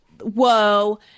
whoa